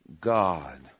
God